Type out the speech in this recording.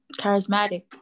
charismatic